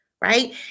Right